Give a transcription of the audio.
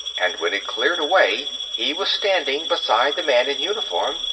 and when it cleared away, he was standing beside the man in uniform,